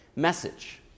message